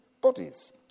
bodies